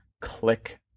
click